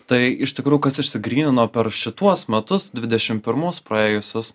tai iš tikrųjų kas išsigrynino per šituos metus dvidešim pirmus praėjusius